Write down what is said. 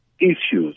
issues